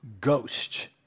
ghost